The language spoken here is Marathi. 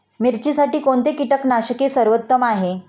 मिरचीसाठी कोणते कीटकनाशके सर्वोत्तम आहे?